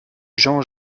jean